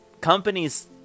companies